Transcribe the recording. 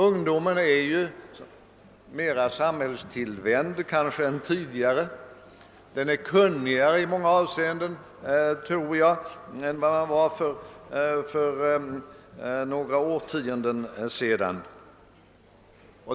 Ungdomen är kanske mer sambhällstillvänd än tidigare, och jag tror att den i många avseenden är kunnigare än de unga var för några årtionden sedan.